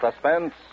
Suspense